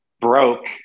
broke